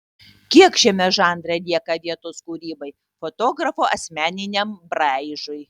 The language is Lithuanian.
kiek šiame žanre lieka vietos kūrybai fotografo asmeniniam braižui